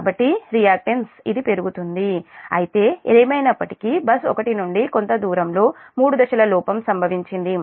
కాబట్టి రియాక్టెన్స్ ఇది పెరుగుతుంది అయితే ఏమైనప్పటికీ బస్ 1 నుండి కొంత దూరంలో మూడు దశల లోపం సంభవించింది